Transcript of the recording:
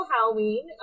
Halloween